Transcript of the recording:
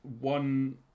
one